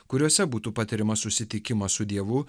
kuriose būtų patiriamas susitikimas su dievu